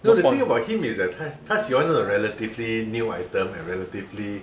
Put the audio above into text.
no the thing about him is that 他他喜欢这种 relatively new item and relatively